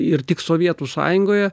ir tik sovietų sąjungoje